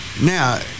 now